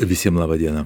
visiems laba diena